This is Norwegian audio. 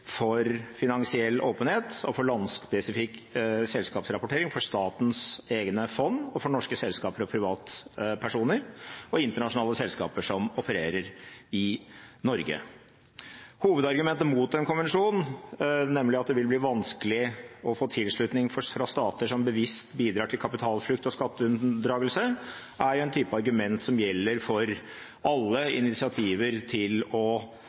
for finansiell åpenhet og landspesifikk selskapsrapportering for statens egne fond, for norske selskaper og privatpersoner og internasjonale selskaper som opererer i Norge. Hovedargumentet mot en konvensjon, nemlig at det vil bli vanskelig å få tilslutning fra stater som bevisst bidrar til kapitalflukt og skatteunndragelse, er en type argument som gjelder for alle initiativer for å